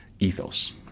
ethos